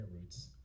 Roots